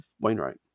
Wainwright